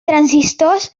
transistors